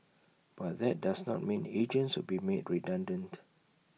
but that does not mean agents will be made redundant